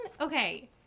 Okay